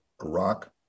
Iraq